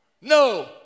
No